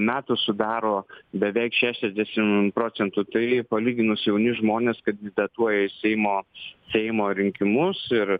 metų sudaro beveik šešiasdešim procentų tai palyginus jauni žmonės kandidatuoja į seimo seimo rinkimus ir